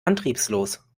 antriebslos